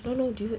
don't know dude